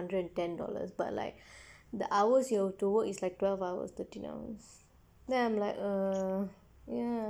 hundred and ten dollars but like the hours you have to work is like twelve hours thirty hours then I'm like ya